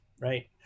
right